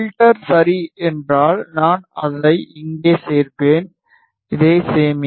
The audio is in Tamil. பில்டர் சரி என்றால் நான் அதை இங்கே சேர்ப்பேன் இதை சேமி